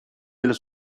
della